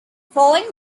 following